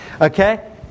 Okay